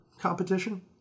competition